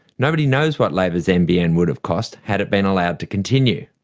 nobody knows what labor's nbn would have cost, had it been allowed to continue.